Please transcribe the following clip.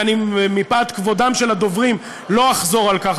ואני מפאת כבודם של הדוברים לא אחזור על כך,